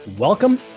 Welcome